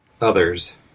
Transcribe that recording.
others